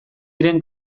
diren